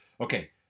okay